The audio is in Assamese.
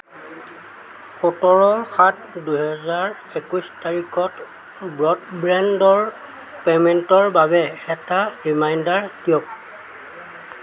সোতৰ সাত দুহেজাৰ একৈছ তাৰিখত ব্ৰডবেণ্ডৰ পে'মেণ্টৰ বাবে এটা ৰিমাইণ্ডাৰ দিয়ক